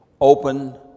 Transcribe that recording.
open